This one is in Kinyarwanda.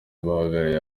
bahagarariye